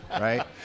Right